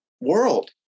world